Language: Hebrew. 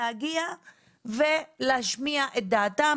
להגיע ולהשמיע את דעתם.